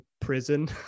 prison